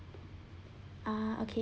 ah okay